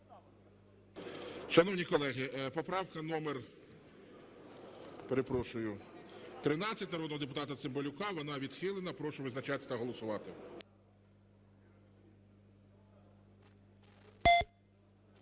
Шановні колеги, поправка номер 13 народного депутата Цимбалюка, вона відхилена. Прошу визначатись та голосувати.